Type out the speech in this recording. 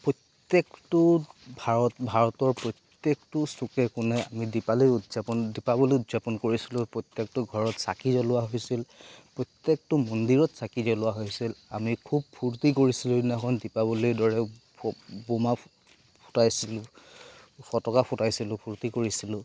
প্ৰত্যেকটো ভাৰত ভাৰতৰ প্ৰত্যেকটো চুকে কোণে আমি দীপালী উদযাপন দীপাৱলী উদযাপন কৰিছিলোঁ প্ৰত্যেকটো ঘৰত চাকি জ্বলোৱা হৈছিল প্ৰত্যেকটো মন্দিৰত চাকি জ্বলোৱা হৈছিল আমি খুব ফূৰ্তি কৰিছিলোঁ সেইদিনাখন দীপাৱলীৰ দৰে বোমা ফুটাইছিলোঁ ফতকা ফুটাইছিলোঁ ফূৰ্তি কৰিছিলোঁ